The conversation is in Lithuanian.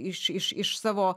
iš iš iš savo